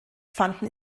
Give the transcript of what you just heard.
fanden